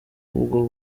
ubwo